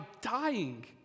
dying